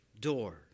door